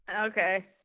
Okay